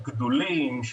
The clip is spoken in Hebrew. הגדולים,